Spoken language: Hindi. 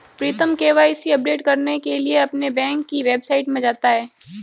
प्रीतम के.वाई.सी अपडेट करने के लिए अपने बैंक की वेबसाइट में जाता है